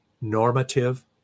normative